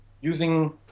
using